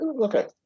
okay